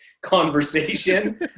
conversation